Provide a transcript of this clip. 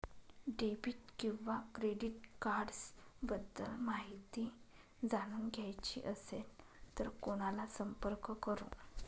Debit किंवा credit cards बद्दल माहिती जाणून घ्यायची असेल तर कोणाला संपर्क करु?